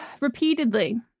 repeatedly